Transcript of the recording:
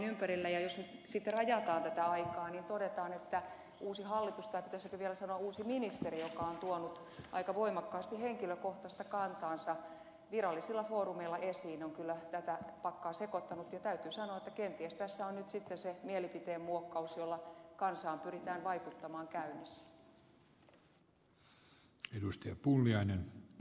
jos sitten rajataan tätä aikaa niin todetaan että uusi hallitus tai pitäisikö vielä sanoa uusi ministeri joka on tuonut aika voimakkaasti henkilökohtaista kantaansa virallisilla foorumeilla esiin on kyllä tätä pakkaa sekoittanut ja täytyy sanoa että kenties tässä on nyt sitten sen mielipiteen muokkaus jolla kansaan pyritään vaikuttamaan käynnissä